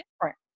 different